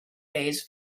days